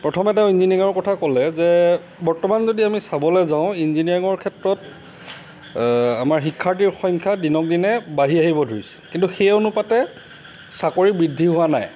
প্ৰথমে তেওঁ ইঞ্জিনিয়াৰিঙৰ কথা ক'লে যে বৰ্তমান যদি আমি চাবলৈ যাওঁ ইঞ্জিনিয়াৰিঙৰ ক্ষেত্ৰত আমাৰ শিক্ষাৰ্থীৰ সংখ্যা দিনক দিনে বাঢ়ি আহিব ধৰিছে কিন্তু সেই অনুপাতে চাকৰি বৃদ্ধি হোৱা নাই